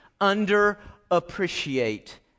under-appreciate